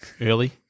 early